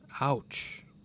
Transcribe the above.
Ouch